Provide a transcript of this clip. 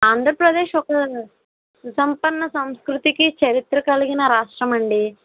ఆంధ్రప్రదేశ్ ఒక సుసంపన్న సంస్కృతికి చరిత్ర కలిగిన రాష్ట్రమండి